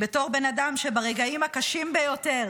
בתור בן אדם שברגעים הקשים ביותר